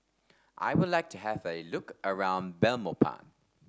I would like to have a look around Belmopan